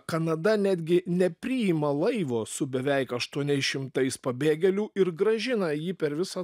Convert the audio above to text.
kanada netgi nepriima laivo su beveik aštuoniais šimtais pabėgėlių ir grąžina jį per visą